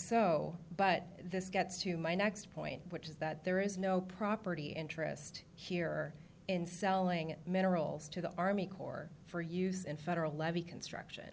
so but this gets to my next point which is that there is no property interest here in selling minerals to the army corps for use in federal levee construction